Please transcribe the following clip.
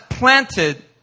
planted